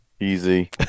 Easy